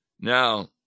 Now